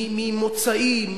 ממוצאים,